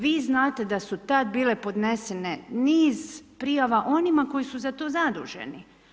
Vi znate da su tada bile podnesene niz prijava onima koji su za to zaduženi.